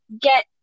get